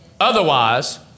Otherwise